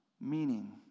meaning